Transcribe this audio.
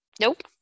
Nope